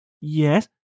Yes